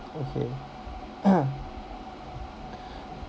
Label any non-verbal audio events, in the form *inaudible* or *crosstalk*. okay *noise*